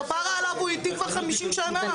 כפרה עליו הוא איתי כבר 50 שנה.